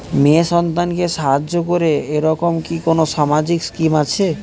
মেয়ে সন্তানকে সাহায্য করে এরকম কি কোনো সামাজিক স্কিম আছে?